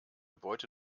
beute